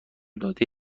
داده